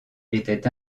étaient